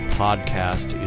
podcast